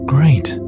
Great